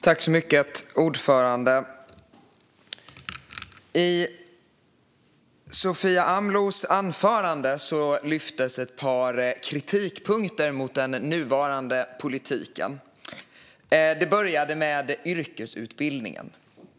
Herr talman! I Sofia Amlohs anförande lyftes ett par kritikpunkter fram mot den nuvarande politiken. Det började med yrkesutbildningen.